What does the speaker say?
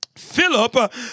Philip